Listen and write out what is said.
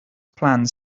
plans